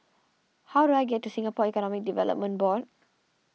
how do I get to Singapore Economic Development Board